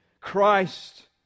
Christ